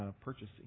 purchasing